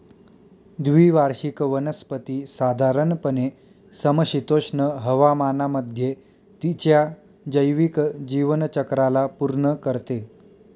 द्विवार्षिक वनस्पती साधारणपणे समशीतोष्ण हवामानामध्ये तिच्या जैविक जीवनचक्राला पूर्ण करते